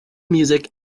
music